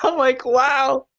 ah like wow!